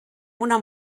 una